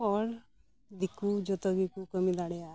ᱦᱚᱭ ᱫᱤᱠᱩ ᱡᱚᱛᱚ ᱜᱮᱠᱚ ᱠᱟᱹᱢᱤ ᱫᱟᱲᱮᱭᱟᱜᱼᱟ